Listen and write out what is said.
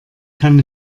kann